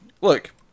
look